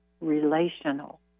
relational